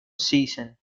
season